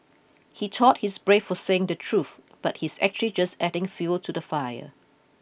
he thought he's brave for saying the truth but he's actually just adding fuel to the fire